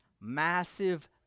massive